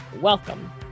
Welcome